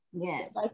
Yes